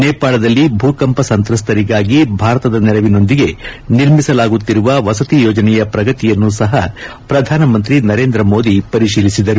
ನೇಪಾಳದಲ್ಲಿ ಭೂಕಂಪ ಸಂತ್ರಸ್ತರಿಗಾಗಿ ಭಾರತದ ನೆರವಿನೊಂದಿಗೆ ನಿರ್ಮಿಸಲಾಗುತ್ತಿರುವ ವಸತಿ ಯೋಜನೆಯ ಪ್ರಗತಿಯನ್ನು ಸಹ ಪ್ರಧಾನಿ ಮೋದಿ ಪರಿಶೀಲಿಸಿದರು